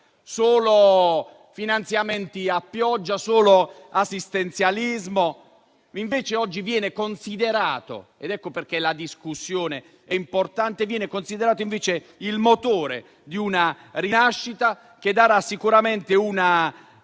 solo finanziamenti a pioggia, solo assistenzialismo. Oggi, invece, viene considerato - ed ecco perché la discussione è importante - come il motore di una rinascita che darà sicuramente una